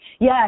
Yes